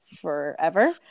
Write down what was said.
forever